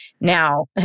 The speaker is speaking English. Now